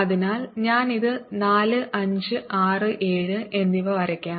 അതിനാൽ ഞാൻ ഇത് 4 5 6 7 എന്നിവ വരയ്ക്കാം